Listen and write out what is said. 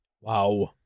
Wow